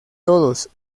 todos